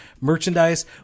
merchandise